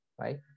right